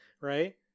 right